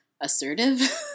assertive